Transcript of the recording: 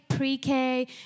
Pre-K